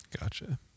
gotcha